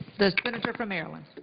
the senator from maryland.